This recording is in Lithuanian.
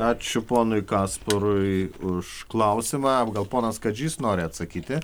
ačiū ponui kasparui už klausimą gal ponas kadžys nori atsakyti